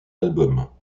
albums